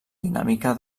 dinàmica